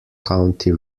county